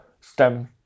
STEM